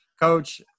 coach